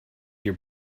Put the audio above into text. your